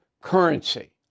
currency